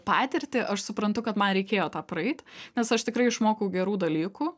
patirtį aš suprantu kad man reikėjo tą praeit nes aš tikrai išmokau gerų dalykų